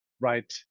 right